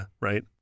right